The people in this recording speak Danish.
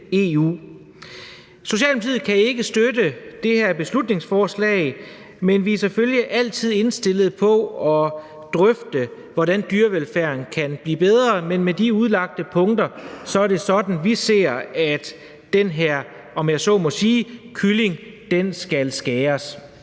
Socialdemokratiet kan ikke støtte det her beslutningsforslag, men vi er selvfølgelig altid indstillet på at drøfte, hvordan dyrevelfærden kan blive bedre. Men med de udlagte punkter er det sådan, vi ser at den her kylling – om man så